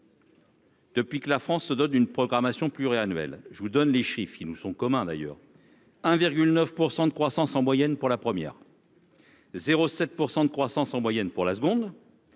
Depuis que la France se dote d'une programmation pluriannuelle. Je vous donne les chiffres qui nous sont communs d'ailleurs 1,9% de croissance en moyenne pour la première. 0 7 % de croissance en moyenne pour la seconde.